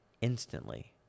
instantly